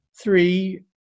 three